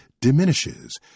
diminishes